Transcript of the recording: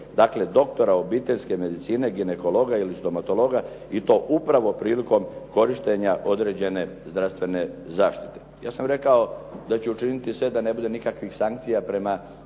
Dakle, doktora obiteljske medicine, ginekologa ili stomatologa i to upravo prilikom korištenja određene zdravstvene zaštite. Ja sam rekao da ću učiniti sve da ne bude nikakvih sankcija prema